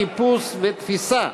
חיפוש ותפיסה),